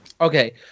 Okay